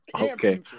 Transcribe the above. Okay